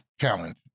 challenge